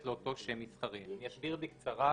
לאותו שם מסחרי"." אני אסביר בקצרה.